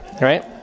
Right